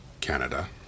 Canada